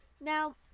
Now